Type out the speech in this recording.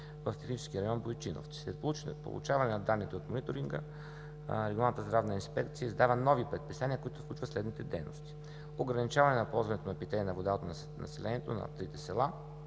в техническия район Бойчиновци. След получаване на данните от мониторинга, Регионалната здравна инспекция издава нови предписания, които включват следните дейности: ограничаване на ползването на питейна вода от населението на трите села